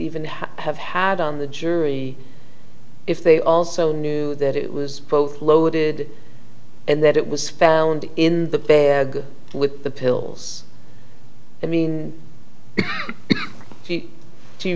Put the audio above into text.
even have had on the jury if they also knew that it was both loaded and that it was found in the bag with the pills i mean